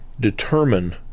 determine